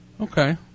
Okay